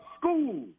school